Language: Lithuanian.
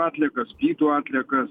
atliekas plytų atliekas